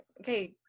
okay